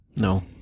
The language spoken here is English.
No